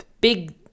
big